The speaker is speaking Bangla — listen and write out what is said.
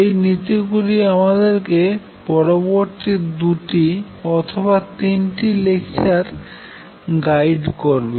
এই নীতি গুলি আমাদেরকে পরবর্তী দুটি অথবা তিনটি লেকচারে গাইড করবে